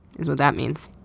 is what that means.